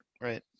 right